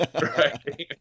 Right